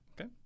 Okay